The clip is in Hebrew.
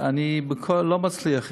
אני לא מצליח,